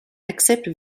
accept